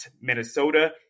Minnesota